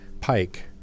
Pike